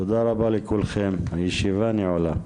תודה רבה לכולכם, הישיבה נעולה.